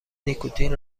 نیکوتین